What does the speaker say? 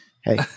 Hey